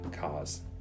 cars